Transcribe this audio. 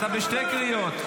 אתה בשתי קריאות,